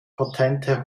potente